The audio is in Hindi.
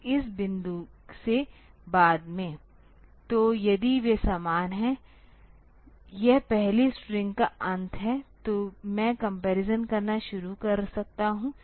तो इस बिंदु से बाद में तो यदि वे समान हैं यह पहली स्ट्रिंग का अंत है तो मैं कपरिसन करना शुरू कर सकता हूं